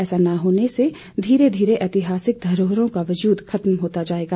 ऐसा ना होने से धीरे धीरे ऐतिहासिक धरोहरों का वजूद खत्म होता जाएगा